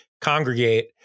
congregate